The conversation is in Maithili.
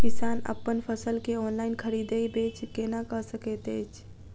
किसान अप्पन फसल केँ ऑनलाइन खरीदै बेच केना कऽ सकैत अछि?